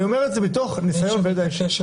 אני אומר את זה מתוך ניסיון וידע אישי.